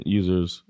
users